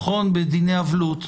בדיני אבלות.